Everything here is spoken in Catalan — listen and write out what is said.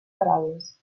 paraules